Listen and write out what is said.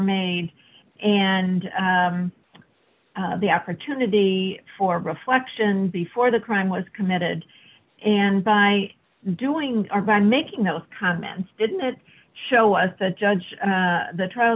made and the opportunity for reflection before the crime was committed and by doing our by making those comments didn't it show us the judge the trial